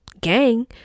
gang